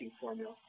formula